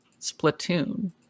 Splatoon